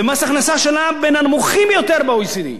ומס הכנסה שלה בין הנמוכים ביותר ב-OECD.